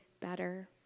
better